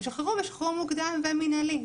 הם ישתחררו בשחרור מוקדם ומינהלי.